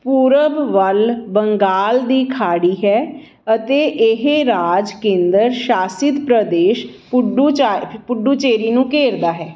ਪੂਰਬ ਵੱਲ ਬੰਗਾਲ ਦੀ ਖਾੜੀ ਹੈ ਅਤੇ ਇਹ ਰਾਜ ਕੇਂਦਰ ਸ਼ਾਸਿਤ ਪ੍ਰਦੇਸ਼ ਪੁਡੁਚਾ ਪੁਡੂਚੇਰੀ ਨੂੰ ਘੇਰਦਾ ਹੈ